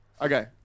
Okay